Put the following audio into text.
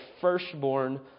firstborn